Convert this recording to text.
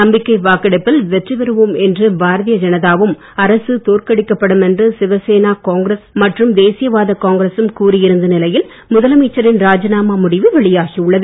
நம்பிக்கை வாக்கெடுப்பில் வெற்றிபெறுவோம் என்று பாரதிய ஜனதாவும் அரசு தோற்கடிக்கப்படும் என்று சிவசேனா காங்கிரஸ் மற்றும் தேசியவாத காங்கிரசும் கூறியிருந்த நிலையில் முதலமைச்சரின் ராஜிநாமா முடிவு வெளியாகி உள்ளது